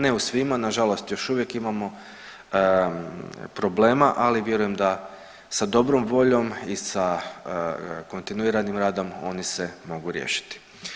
Ne u svima, nažalost još uvijek imamo problema, ali vjerujem da sa dobrom voljom i sa kontinuiranim radom oni se mogu riješiti.